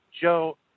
Joe